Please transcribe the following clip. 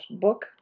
book